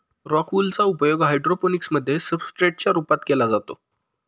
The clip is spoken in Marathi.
रॉक वूल चा उपयोग हायड्रोपोनिक्स मध्ये सब्सट्रेट च्या रूपात केला जातो